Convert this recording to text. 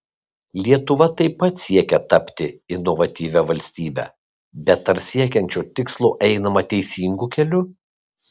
lietuva taip pat siekia tapti inovatyvia valstybe bet ar siekiant šio tikslo einama teisingu keliu